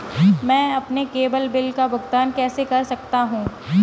मैं अपने केवल बिल का भुगतान कैसे कर सकता हूँ?